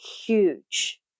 huge